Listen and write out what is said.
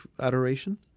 adoration